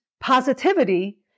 positivity